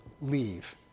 leave